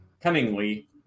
cunningly